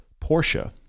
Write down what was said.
Porsche